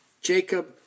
Jacob